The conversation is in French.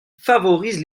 favorise